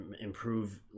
improve